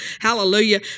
Hallelujah